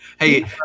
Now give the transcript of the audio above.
Hey